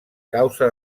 causa